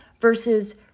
versus